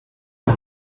the